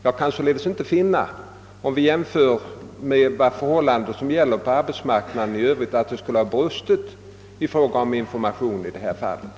Jag kan således inte vid en jämförelse med vad som gäller på arbetsmarknaden i övrigt finna att det i detta fall skulle ha brustit i fråga om informationen.